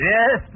Yes